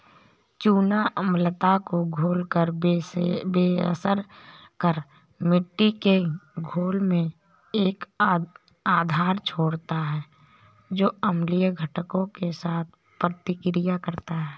चूना अम्लता को घोलकर बेअसर कर मिट्टी के घोल में एक आधार छोड़ता है जो अम्लीय घटकों के साथ प्रतिक्रिया करता है